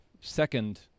second